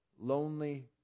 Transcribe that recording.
lonely